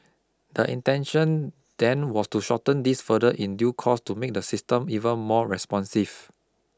the intention then was to shorten this further in due course to make the system even more responsive